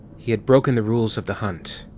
he had broken the rules of the hunt.